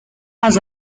has